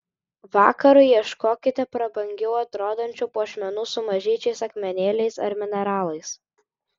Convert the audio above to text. vakarui ieškokite prabangiau atrodančių puošmenų su mažyčiais akmenėliais ar mineralais